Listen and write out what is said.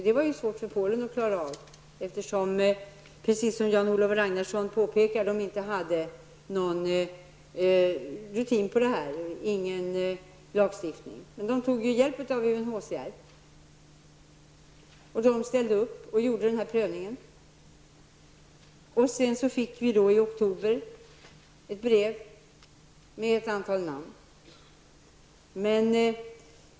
Det var svårt för Polen att klara ut detta, eftersom -- precis som Jan-Olof Ragnarsson påpekade -- man inte hade någon rutin i sådana här frågor och heller ingen lagstiftning på området. Man tog därför hjälp av UNHCR, som ställde upp och gjorde denna prövning. Vi fick sedan i oktober ett brev med ett antal namn.